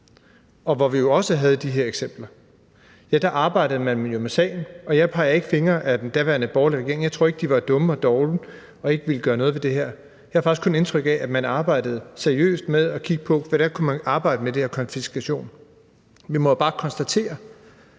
og hvor vi også havde de her eksempler? Ja, der arbejdede man med sagen, og jeg peger ikke fingre ad den daværende borgerlige regering. Jeg tror ikke, at de var dumme og dovne og ikke ville gøre noget ved det her. Jeg har faktisk kun indtryk af, at man arbejdede seriøst med at kigge på, hvordan man kunne arbejde med den her konfiskation. Vi må jo bare konstatere,